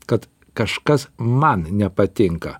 kad kažkas man nepatinka